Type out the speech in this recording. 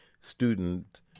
student